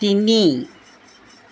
তিনি